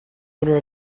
owner